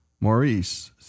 Maurice